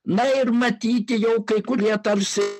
na ir matyti jau kai kurie tarsi